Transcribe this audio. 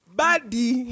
body